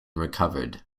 recovered